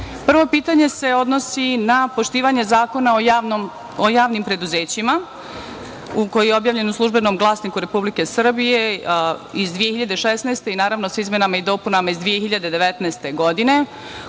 pitanje se odnosi na poštovanje Zakona o javnim preduzećima, koji je objavljen u „Službenom glasniku Republike Srbije“ iz 2016. godine i naravno sa izmenama i dopunama iz 2019. godine.